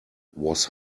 was